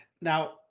Now